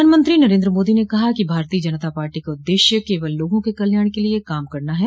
प्रधानमंत्री नरेन्द्र मोदी ने कहा है कि भारतीय जनता पार्टी का उद्देश्य केवल लोगों के कल्याण के लिए काम करना है